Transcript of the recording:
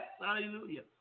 Hallelujah